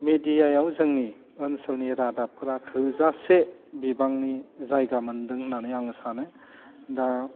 मेदियायाव जोंनि ओनसोलनि रादाबफ्रा थोजासे बिबांनि जायगा मोन्दों होन्नानै आङो सानो दा